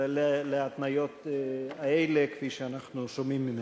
להתניות האלה, כפי שאנחנו שומעים ממנו.